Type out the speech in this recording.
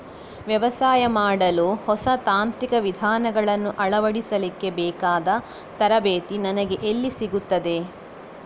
ವ್ಯವಸಾಯ ಮಾಡಲು ಹೊಸ ತಾಂತ್ರಿಕ ವಿಧಾನಗಳನ್ನು ಅಳವಡಿಸಲಿಕ್ಕೆ ಬೇಕಾದ ತರಬೇತಿ ನನಗೆ ಎಲ್ಲಿ ಸಿಗುತ್ತದೆ?